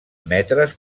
metres